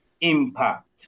impact